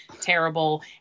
terrible